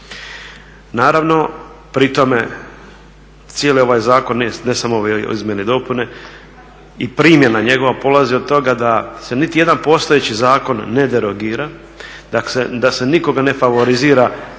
Naravno pri tome cijeli ovaj zakon ne samo ove izmjene i dopune i primjena njegova polazi od toga da se niti jedan postojeći zakon ne derogira, da se nikoga ne favorizira